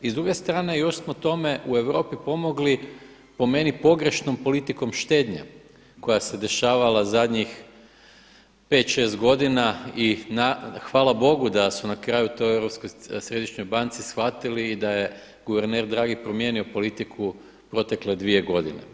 I s druge strane još smo tome u Europi pomogli po meni pogrešnom politikom štednje koja se dešavala zadnjih 5, 6 godina i hvala Bogu da su na kraju u toj Europskoj središnjoj banci shvatili i da je guverner dragi promijenio politiku protekle 2 godine.